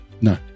no